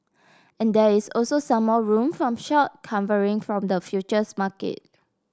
and there is also some more room from short covering from the futures market